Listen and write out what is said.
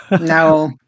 No